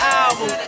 album